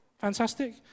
Fantastic